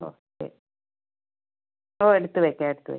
ഓ ശരി ഓ എടുത്തു വയ്ക്കാം എടുത്തു വയ്ക്കാം